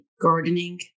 gardening